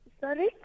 Sorry